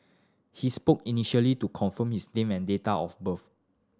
he spoke initially to confirm his name and date of birth